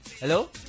Hello